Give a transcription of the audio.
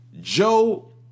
Joe